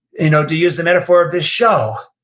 you know to use the metaphor of this show,